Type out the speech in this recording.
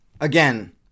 Again